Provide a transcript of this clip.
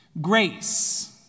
grace